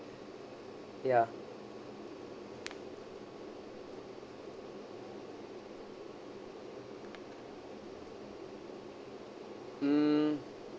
ya mm